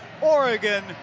Oregon